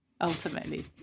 Ultimately